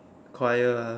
choir ah